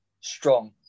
strong